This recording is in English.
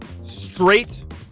Straight